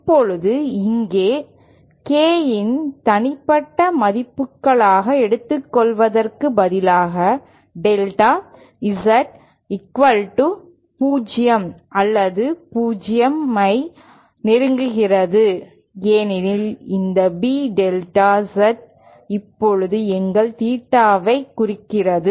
இப்போது இங்கே K இன் தனிப்பட்ட மதிப்புகளாக எடுத்துக்கொள்வதற்கு பதிலாக டெல்டா Z0 அல்லது 0 ஐ நெருங்குகிறது ஏனெனில் இந்த B டெல்டா Z இப்போது எங்கள் தீட்டாவைக் குறிக்கிறது